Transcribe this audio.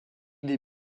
des